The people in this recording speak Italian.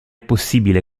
possibile